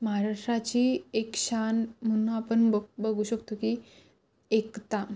महाराष्ट्राची एक शान म्हणून आपण बघ बघू शकतो की एकता